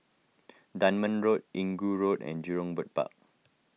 Dunman Road Inggu Road and Jurong Bird Park